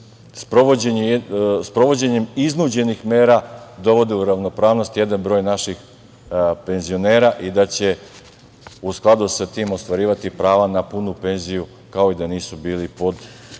se sprovođenjem iznuđenih mera dovodi u ravnopravnost jedan broj naših penzionera i da će u skladu sa tim ostvarivati prava na punu penziju, kao i da nisu bili pod